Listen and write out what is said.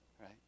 right